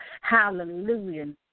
Hallelujah